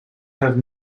have